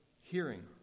hearing